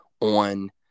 on